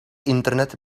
internet